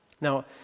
Now